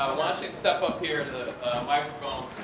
you step up here to the microphone,